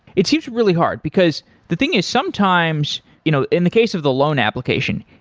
it seems really hard because the thing is sometimes you know in the case of the loan application,